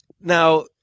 Now